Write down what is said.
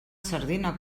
sardina